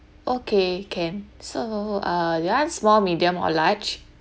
okay can so uh you want small medium or large